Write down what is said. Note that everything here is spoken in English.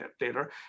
later